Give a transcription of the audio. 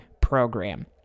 program